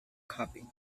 copy